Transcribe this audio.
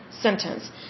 sentence